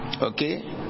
Okay